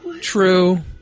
True